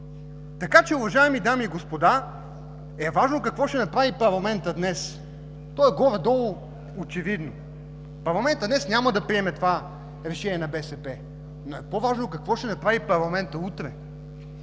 казвам. Уважаеми дами и господа, важно е какво ще направи парламентът днес. То горе-долу е очевидно. Парламентът днес няма да приеме това решение на БСП. По-важно е какво ще направи парламентът утре,